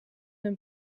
een